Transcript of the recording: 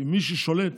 כי מי ששולט